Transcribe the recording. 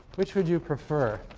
which would you prefer?